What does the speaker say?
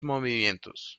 movimientos